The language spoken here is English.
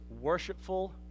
worshipful